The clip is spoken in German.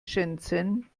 shenzhen